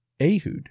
Ehud